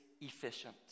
efficient